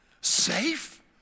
Safe